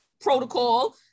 protocol